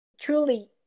truly